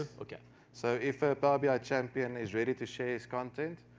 ah yeah so if a power bi ah champion is ready to share content,